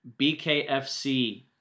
BKFC